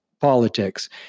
politics